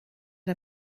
der